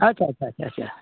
ᱟᱪᱪᱷᱟ ᱟᱪᱪᱷᱟ ᱟᱪᱪᱷᱟ ᱟᱪᱪᱷᱟ